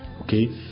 Okay